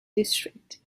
district